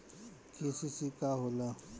KCC का होला?